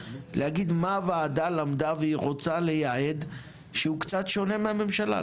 להגיד מה הוועדה למדה והיא רוצה לייעד שהוא קצת שונה מהממשלה,